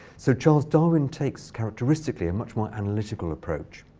sir charles darwin takes characteristically a much more analytical approach.